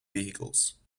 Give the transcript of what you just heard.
vehicles